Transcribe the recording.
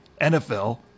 NFL